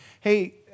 hey